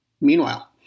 Meanwhile